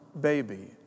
baby